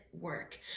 work